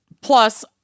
Plus